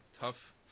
tough